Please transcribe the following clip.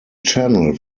channel